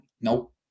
nope